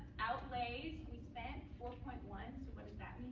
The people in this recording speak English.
outlays, we spent four point one. so what does that